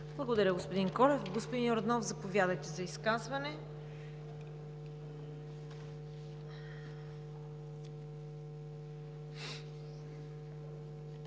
Благодаря, господин Колев. Господин Йорданов, заповядайте за изказване.